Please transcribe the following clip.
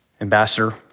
ambassador